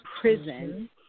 prison